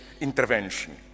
intervention